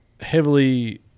heavily